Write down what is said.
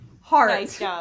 heart